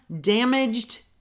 damaged